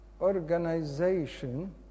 organization